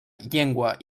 llengua